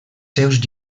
seus